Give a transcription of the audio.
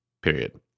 period